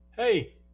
Hey